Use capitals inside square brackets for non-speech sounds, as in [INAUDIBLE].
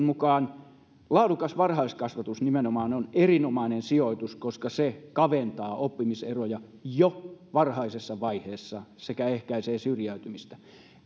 [UNINTELLIGIBLE] mukaan nimenomaan laadukas varhaiskasvatus on erinomainen sijoitus koska se kaventaa oppimiseroja jo varhaisessa vaiheessa sekä ehkäisee syrjäytymistä